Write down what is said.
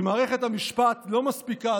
מערכת המשפט לא מספיקה,